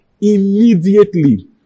immediately